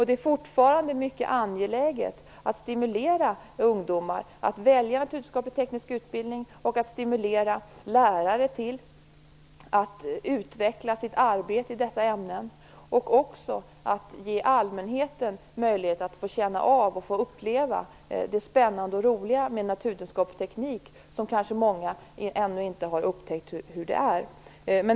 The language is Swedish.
Det är fortfarande mycket angeläget att stimulera ungdomar att välja naturvetenskaplig-teknisk utbildning, att stimulera lärare att utveckla sitt arbete i dessa ämnen och att ge allmänheten möjlighet att känna av och uppleva hur spännande och roligt det är med naturvetenskap och teknik, vilket kanske många ännu inte har upptäckt.